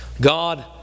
God